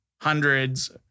hundreds